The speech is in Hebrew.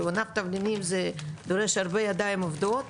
ענף התבלינים זה דורש הרבה ידיים עובדות.